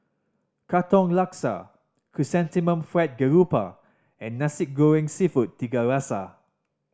Katong Laksa Chrysanthemum Fried Garoupa and Nasi Goreng Seafood Tiga Rasa